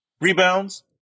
Rebounds